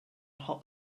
hot